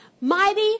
mighty